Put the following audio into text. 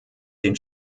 den